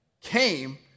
came